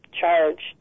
charged